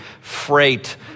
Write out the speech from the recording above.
freight